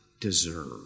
deserve